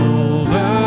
over